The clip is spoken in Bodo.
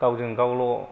गावजों गावल'